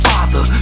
Father